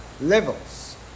levels